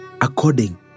according